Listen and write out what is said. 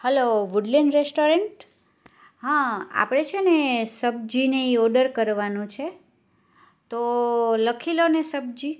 hello Woodland restaurant હા આપડે છે ને સબજીને ઈ ઓડર કરવાનું છે તો લખી લો ને સબજી